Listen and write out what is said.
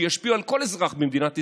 שישפיעו על כל אזרח במדינת ישראל,